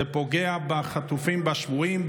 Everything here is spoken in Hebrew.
זה פוגע בחטופים והשבויים,